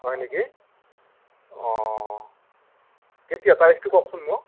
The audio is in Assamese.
হয় নিকি অঁ কেতিয়া তাৰিখটো কওকচোন মোক